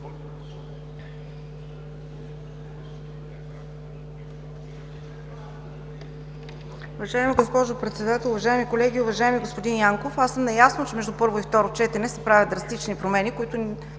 Уважаема госпожо Председател, уважаеми колеги! Уважаеми господин Янков, аз съм наясно, че между първо и второ четене се правят драстични промени, които нямат